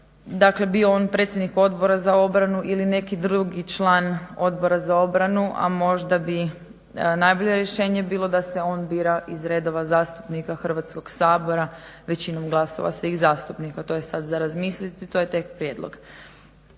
Dakle, bio on predsjednik Odbora za obranu ili neki drugi član Odbora za obranu, a možda bi najbolje rješenje bilo da se on bira iz redova zastupnika Hrvatskog sabora većinom glasova svih zastupnika. To je sad za razmisliti, to je tek prijedlog.